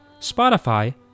Spotify